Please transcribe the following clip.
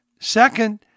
Second